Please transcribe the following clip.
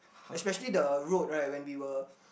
especially the road right when we were